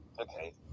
Okay